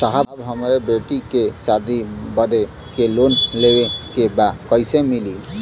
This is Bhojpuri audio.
साहब हमरे बेटी के शादी बदे के लोन लेवे के बा कइसे मिलि?